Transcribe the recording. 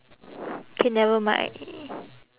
K never mind